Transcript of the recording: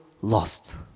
lost